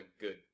good